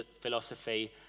Philosophy